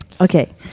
okay